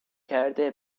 کرده